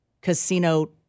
casino